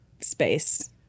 space